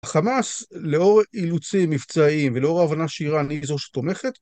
החמאס, לאור אילוצים מבצעיים ולאור הבנה שאירן היא זו שתומכת?